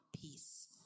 peace